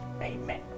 Amen